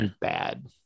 bad